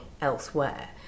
elsewhere